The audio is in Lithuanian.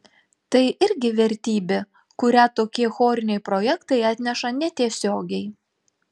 tai irgi vertybė kurią tokie choriniai projektai atneša netiesiogiai